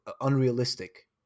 unrealistic